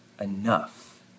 enough